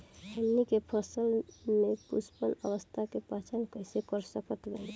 हमनी के फसल में पुष्पन अवस्था के पहचान कइसे कर सकत बानी?